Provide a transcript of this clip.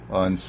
on